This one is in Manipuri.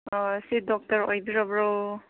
ꯁꯤ ꯗꯣꯛꯇꯔ ꯑꯣꯏꯕꯤꯔꯕ꯭ꯔꯣ